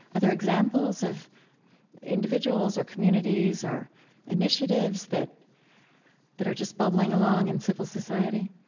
are there examples of individuals or communities or initiatives that that are just bubbling along in civil society?